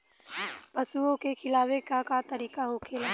पशुओं के खिलावे के का तरीका होखेला?